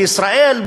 בישראל,